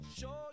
show